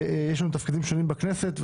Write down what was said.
יש לנו תפקידים שונים בכנסת.